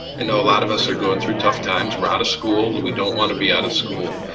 and know a lot of us are going through tough times we're out of school and we don't want to be out of school,